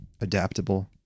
adaptable